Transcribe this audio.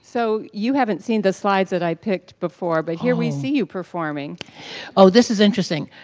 so you haven't seen the slides that i picked before, but here we see you performing oh this is interesting.